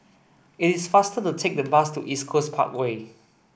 it is faster to take the bus to East Coast Parkway